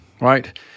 Right